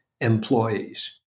employees